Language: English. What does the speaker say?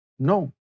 No